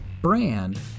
brand